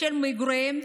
בשל מגוריהם,